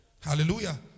Hallelujah